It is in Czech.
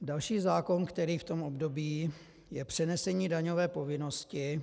Další zákon, který v tom období... je přenesení daňové povinnosti.